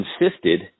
insisted